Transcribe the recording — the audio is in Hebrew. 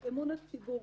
את אמון הציבור.